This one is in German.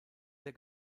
der